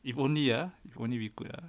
if only ah if only we could ah